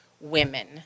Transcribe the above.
women